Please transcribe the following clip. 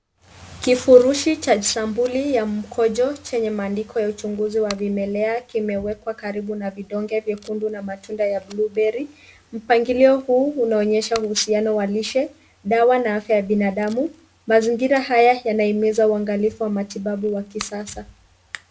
Kifurushi cha sampuli ya mkojo chenye maandiko ya uchunguzi wa vimelea kimewekwa karibu na vidonge vyekundu na matunda ya blueberry . Mpangilio huu unaonyesha uhusiano wa lishe, dawa na afya ya binadamu. Mazingira haya yanahimiza uangalifu wa matibabu ya kisasa.